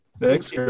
Thanks